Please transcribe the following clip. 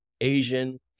Asian